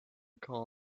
call